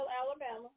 Alabama